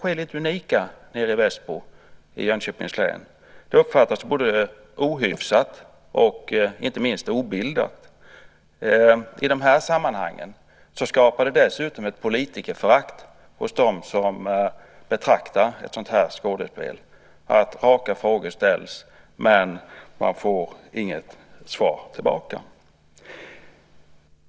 Så är det åtminstone i våra trakter, men vi kanske är lite unika i Västbo i Jönköpings län. I sådana här sammanhang skapar det dessutom ett politikerförakt hos dem som betraktar ett skådespel där raka frågor ställs men inga svar ges.